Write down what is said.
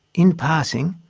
in passing,